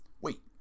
Wait